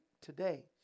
today